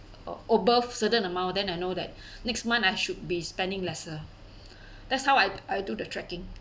ab~ above certain amount then I know that next month I should be spending lesser that's how I'd I do the tracking